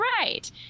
right